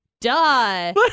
Duh